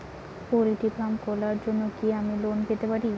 Poultry farm খোলার জন্য কি আমি লোন পেতে পারি?